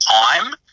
time